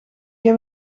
heb